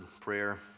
prayer